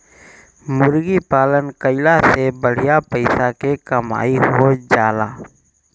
मुर्गी पालन कईला से बढ़िया पइसा के कमाई हो जाएला